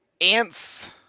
ants